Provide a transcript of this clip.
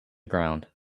ground